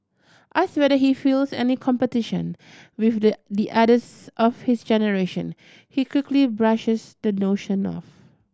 asked whether he feels any competition with the the others of his generation he quickly brushes the notion off